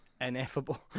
ineffable